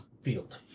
field